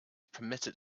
permitted